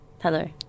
Hello